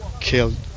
killed